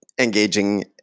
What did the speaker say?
engaging